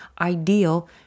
ideal